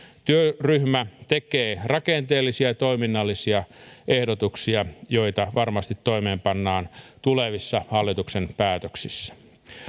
työryhmä tekee rakenteellisia ja toiminnallisia ehdotuksia joita varmasti toimeenpannaan tulevissa hallituksen päätöksissä